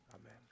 amen